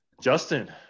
Justin